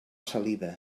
saliva